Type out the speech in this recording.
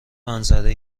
منظره